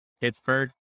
Pittsburgh